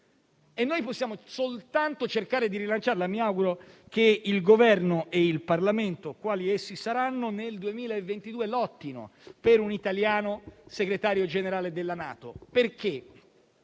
e possiamo soltanto cercare di rilanciarla. Mi auguro che il Governo e il Parlamento, quali essi saranno, nel 2022 lottino per un segretario generale della NATO